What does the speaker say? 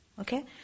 Okay